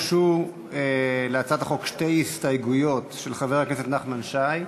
הוגשו להצעת החוק שתי הסתייגויות של חבר הכנסת נחמן שי.